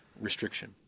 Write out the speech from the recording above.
restriction